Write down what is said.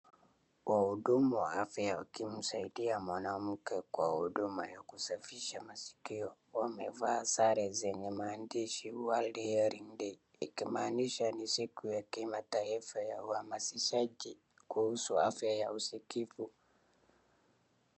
Wahudumu wa afya wakimsaidia mwanamke kwa huduma ya kusafisha masikio. Wamevaa sare zenye maandishi, WORLD HEARING DAY , ikimaanisha ni siku ya kimataifa ya uhamasishaji kuhusu afya ya usikivu.